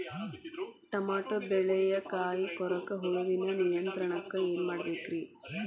Tomato ಬೆಳೆಯ ಕಾಯಿ ಕೊರಕ ಹುಳುವಿನ ನಿಯಂತ್ರಣಕ್ಕ ಏನ್ ಮಾಡಬೇಕ್ರಿ?